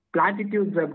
Platitudes